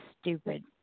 Stupid